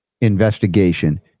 investigation